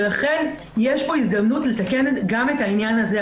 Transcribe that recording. ולכן יש פה הזדמנות לתקן גם את העניין הזה.